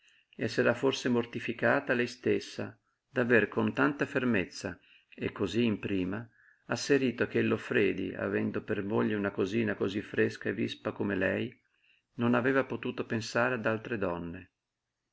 e s'era forse mortificata lei stessa d'aver con tanta fermezza e cosí in prima asserito che il loffredi avendo per moglie una cosina cosí fresca e vispa come lei non aveva potuto pensare ad altre donne